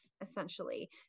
essentially